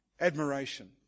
Admiration